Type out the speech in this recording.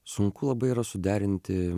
sunku labai yra suderinti